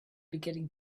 get